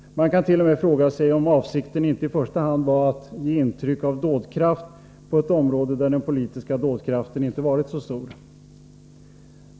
Man kan t.o.m. fråga sig om avsikten inte i första hand var att ge intryck av dådkraft på ett område där den politiska dådkraften inte varit så stor.